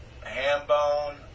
Hambone